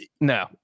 No